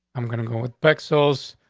i'm gonna go with pixels.